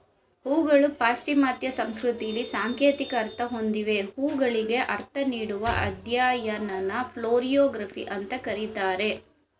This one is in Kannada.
ಹೂಗಳು ಪಾಶ್ಚಿಮಾತ್ಯ ಸಂಸ್ಕೃತಿಲಿ ಸಾಂಕೇತಿಕ ಅರ್ಥ ಹೊಂದಿವೆ ಹೂಗಳಿಗೆ ಅರ್ಥ ನೀಡುವ ಅಧ್ಯಯನನ ಫ್ಲೋರಿಯೊಗ್ರಫಿ ಅಂತ ಕರೀತಾರೆ